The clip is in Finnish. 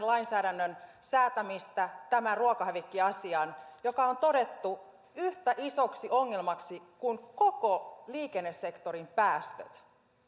lainsäädännön säätämistä tähän ruokahävikkiasiaan joka on todettu yhtä isoksi ongelmaksi kuin koko liikennesektorin päästöt